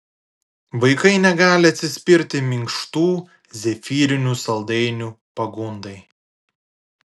vaikai negali atsispirti minkštų zefyrinių saldainių pagundai